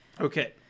Okay